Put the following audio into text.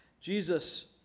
Jesus